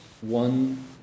one